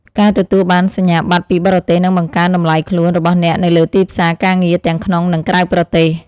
ការទទួលបានសញ្ញាបត្រពីបរទេសនឹងបង្កើនតម្លៃខ្លួនរបស់អ្នកនៅលើទីផ្សារការងារទាំងក្នុងនិងក្រៅប្រទេស។